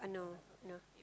uh no no